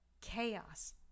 chaos